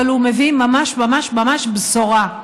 אבל הוא ממש ממש ממש מביא בשורה.